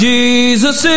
Jesus